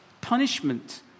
punishment